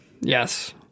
Yes